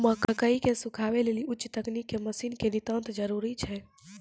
मकई के सुखावे लेली उच्च तकनीक के मसीन के नितांत जरूरी छैय?